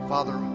Father